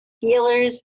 healers